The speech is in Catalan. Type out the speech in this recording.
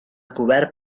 cobert